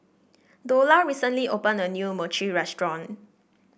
Dola recently opened a new Mochi restaurant